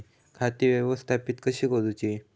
खाती व्यवस्थापित कशी करूची?